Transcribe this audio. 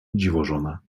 dziwożona